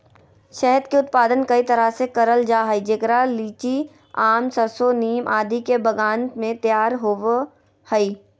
शहद के उत्पादन कई तरह से करल जा हई, जेकरा लीची, आम, सरसो, नीम आदि के बगान मे तैयार होव हई